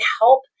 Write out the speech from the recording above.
help